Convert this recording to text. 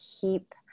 keep